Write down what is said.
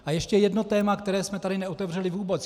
A ještě jedno téma, které jsme tady neotevřeli vůbec.